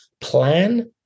plan